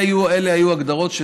אלה היו ההגדרות,